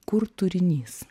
kur turinys